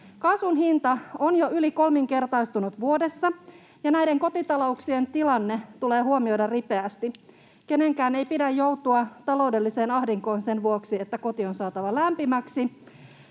Kaasun hinta on jo yli kolminkertaistunut vuodessa, ja näiden kotitalouksien tilanne tulee huomioida ripeästi. Kenenkään ei pidä joutua taloudelliseen ahdinkoon sen vuoksi, että koti on saatava lämpimäksi.